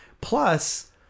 Plus